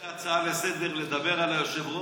אני רוצה הצעה לסדר-היום לדבר על היושב-ראש,